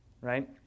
Right